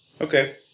Okay